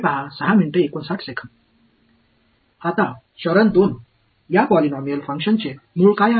आता चरण 2 या पॉलिनॉमियल फंक्शनचे मूळ काय आहे